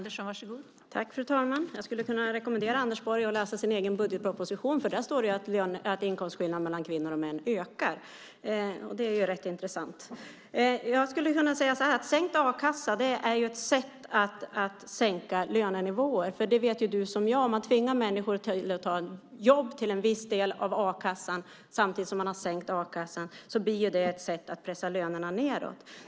Fru talman! Jag skulle kunna rekommendera Anders Borg att läsa sin egen budgetproposition. Där står det att inkomstskillnaderna mellan kvinnor och män ökar; det är rätt intressant. Jag skulle kunna säga så här: Sänkt a-kassa är ett sätt att sänka lönenivåer. Du liksom jag vet att om man tvingar människor att ta jobb till en viss del av a-kassan samtidigt som denna sänkts blir det ett sätt att pressa lönerna nedåt.